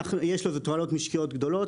יש לזה תועלות משקיות גדולות.